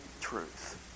truth